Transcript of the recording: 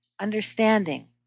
understanding